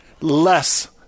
less